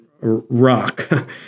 rock